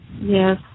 Yes